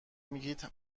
میگید